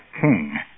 king